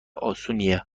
اسونیه